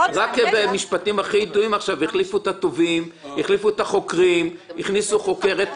הרי בכמה משפטים ידועים החליפו את החוקרים והתובעים.